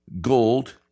gold